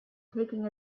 taking